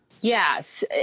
Yes